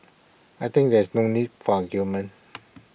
I think there is no need for argument